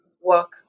work